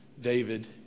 David